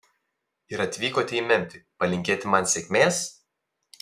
ir atvykote į memfį palinkėti man sėkmės